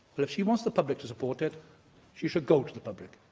but if she wants the public to support it, she should go to the public.